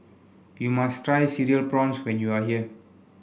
you must try Cereal Prawns when you are here